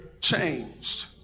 changed